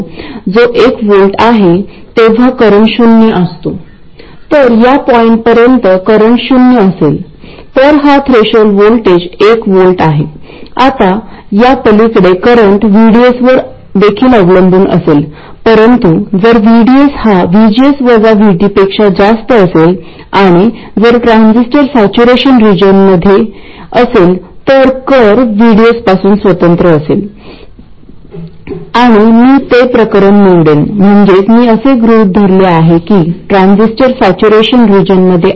तर शेवटी जेव्हा हे 200 μA आणि IDएकमेकांच्या अगदी बरोबरीत असतात ज्यामुळे पेरसिटिक कॅपॅसिटन्स मध्ये कोणताही करंट फ्लो होत नाही तेव्हा सर्किट स्थिरावते